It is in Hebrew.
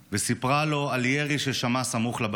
וסיפרה לו על ירי ששמעה סמוך לבית.